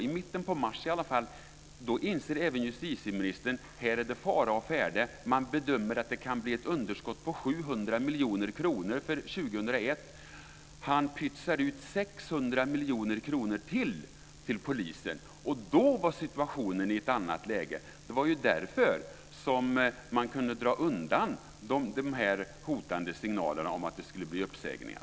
I mitten av mars inser även justitieministern att det är fara å färde, då man bedömer att det kan bli ett underskott på 700 miljoner kronor för 2001. Han pytsar då ut 600 miljoner kronor ytterligare till polisen, och då kom situationen i ett annat läge. Det var ju därför man kunde dra undan de hotande signalerna om att det skulle bli uppsägningar.